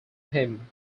him